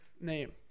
name